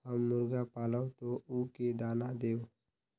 हम मुर्गा पालव तो उ के दाना देव?